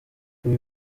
ibi